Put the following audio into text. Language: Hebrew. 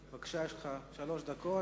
בבקשה, יש לך שלוש דקות.